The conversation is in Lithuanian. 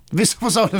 viso pasaulio